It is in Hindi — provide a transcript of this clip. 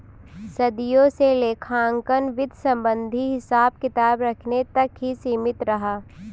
सदियों से लेखांकन वित्त संबंधित हिसाब किताब रखने तक ही सीमित रहा